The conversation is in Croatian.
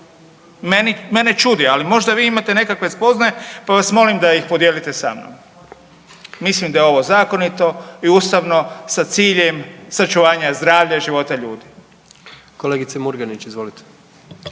mene čudi, ali možda vi imate nekakve spoznaje, pa vas molim da ih podijelite sa mnom. Mislim da je ovo zakonito i ustavno sa ciljem sačuvanja zdravlja i života ljudi. **Jandroković, Gordan